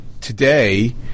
today